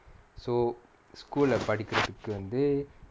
so school leh படிக்கிறதுக்கு வந்து:padikirathukku vanthu